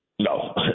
No